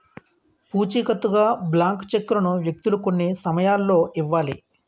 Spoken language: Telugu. పూచికత్తుగా బ్లాంక్ చెక్కులను వ్యక్తులు కొన్ని సమయాల్లో ఇవ్వాలి